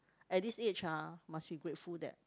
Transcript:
at this age ah must be grateful that